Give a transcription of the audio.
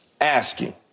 asking